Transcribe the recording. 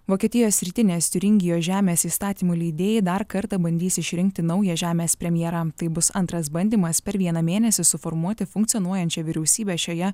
vokietijos rytinės tiuringijos žemės įstatymų leidėjai dar kartą bandys išrinkti naują žemės premjerą tai bus antras bandymas per vieną mėnesį suformuoti funkcionuojančią vyriausybę šioje